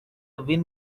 win